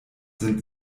sind